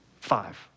five